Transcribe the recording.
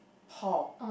Paul